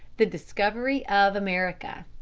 the discovery of america.